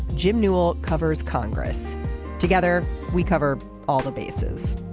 jim newell covers congress together. we cover all the bases.